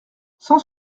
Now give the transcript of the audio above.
cent